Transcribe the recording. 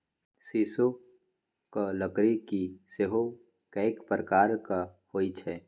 सीसोक लकड़की सेहो कैक प्रकारक होए छै